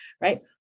right